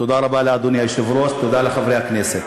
תודה רבה לאדוני היושב-ראש, תודה לחברי הכנסת.